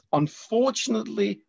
unfortunately